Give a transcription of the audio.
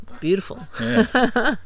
beautiful